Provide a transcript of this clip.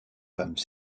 femmes